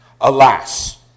Alas